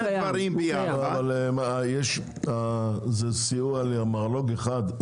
הוא קיים --- שני הדברים ביחד --- אבל זה סיוע למרלו"ג אחד.